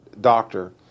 doctor